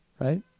right